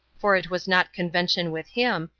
for it was not convention with him,